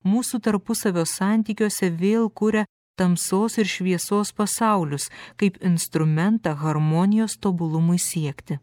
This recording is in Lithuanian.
mūsų tarpusavio santykiuose vėl kuria tamsos ir šviesos pasaulius kaip instrumentą harmonijos tobulumui siekti